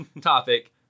topic